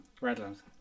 Redlands